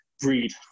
breed